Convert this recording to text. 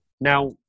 Now